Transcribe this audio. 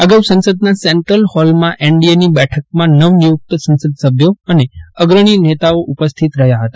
અગાઉ સંસદના સેન્ટ્રલ હોલમાં એનડીએની બેઠકમાં નવ નિયૂકત સંસદસભ્યો અને અગ્રણી નેતા ઉપસ્થિત રહ્યાં હતા